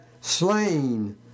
slain